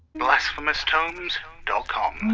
blasphemous tomes dot com